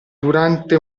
durante